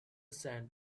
sand